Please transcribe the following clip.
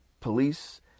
police